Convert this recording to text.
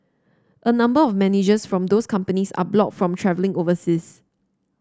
a number of managers from those companies are blocked from travelling overseas